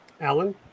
Alan